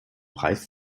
preis